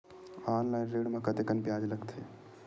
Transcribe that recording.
Online ऋण म कतेकन ब्याज लगथे?